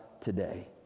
today